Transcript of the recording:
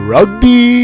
Rugby